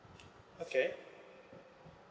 okay